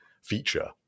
feature